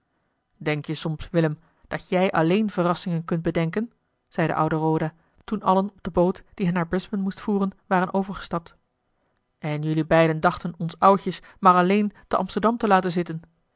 denk je soms willem dat jij alleen verrassingen kunt bedenken zei de oude roda toen allen op de boot die hen naar brisbane moest voeren waren overgestapt en jullie beiden dachten ons oudjes maar alleen te amsterdam te laten zitten